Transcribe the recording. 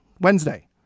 wednesday